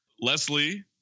Leslie